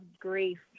grief